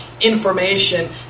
information